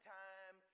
time